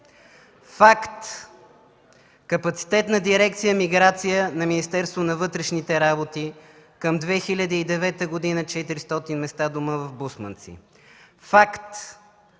Факт: капацитет на Дирекция „Миграция” на Министерството на вътрешните работи към 2009 г. – 400 места в дома в Бусманци. Факт: